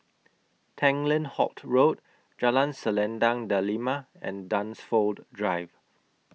Tanglin Halt Road Jalan Selendang Delima and Dunsfold Drive